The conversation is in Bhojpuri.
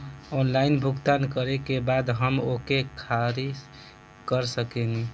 ऑनलाइन भुगतान करे के बाद हम ओके खारिज कर सकेनि?